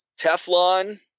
Teflon